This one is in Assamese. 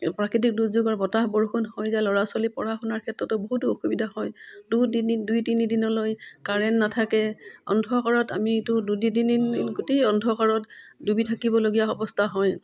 প্ৰাকৃতিক দুৰ্যোগৰ বতাহ বৰষুণ হয় যায় ল'ৰা ছোৱালী পঢ়া শুনাৰ ক্ষেত্ৰতো বহুতো অসুবিধা হয় দুই তিনিদিন দুই তিনিদিনলৈ কাৰেণ্ট নাথাকে অন্ধকাৰত আমিতো দুদিন তিনিদিন গোটেই অন্ধকাৰত ডুবি থাকিবলগীয়া অৱস্থা হয়